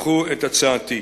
דחו את הצעתי".